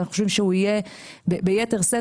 ואנחנו חושבים שהוא יהיה ביתר שאת